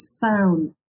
found